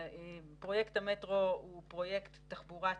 פרויקט המטרו הוא פרויקט תחבורה ציבורית,